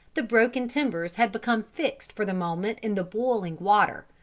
the broken timbers had become fixed for the moment in the boiling water,